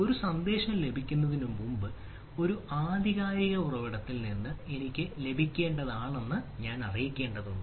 ഒരു സന്ദേശം ലഭിക്കുന്നതിന് മുമ്പ് ഒരു ആധികാരിക ഉറവിടത്തിൽ നിന്ന് എനിക്ക് ലഭിക്കേണ്ടതാണെന്ന് ഞാൻ അറിയേണ്ടതുണ്ട്